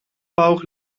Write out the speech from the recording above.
bauch